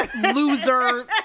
loser